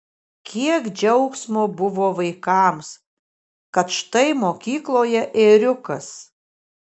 kiek džiaugsmo buvo vaikams kad štai mokykloje ėriukas